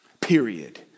period